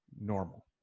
normal